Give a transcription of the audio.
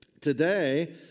Today